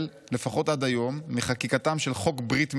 לפחות עד היום מחקיקתם של חוק ברית מילה,